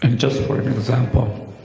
and just for an example,